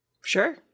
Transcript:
Sure